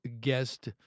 guest